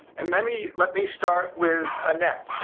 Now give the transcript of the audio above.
and let me let me start with annette.